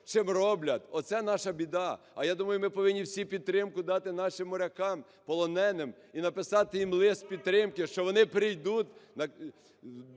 чим роблять, оце наша біда. А, я думаю, ми повинні всі підтримку дати нашим морякам полоненим і написати їм лист підтримки, що вони прийдуть